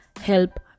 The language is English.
help